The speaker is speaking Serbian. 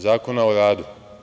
Zakona o radu.